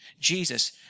Jesus